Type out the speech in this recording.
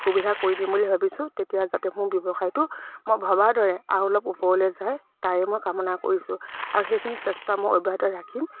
সুবিধা কৰি দিম বুলি ভাবিছোঁ তেতিয়া যাতে মোৰ ব্যৱসায়টো মই ভবাৰ দৰে আৰু অলপ ওপৰলৈ যায় তাৰে মই কামনা কৰিছোঁ আৰু সেইখিনি চেষ্টা মই অব্যাহত ৰাখিম